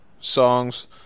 songs